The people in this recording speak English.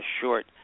short